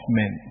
men